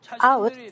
out